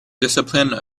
discipline